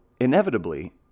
inevitably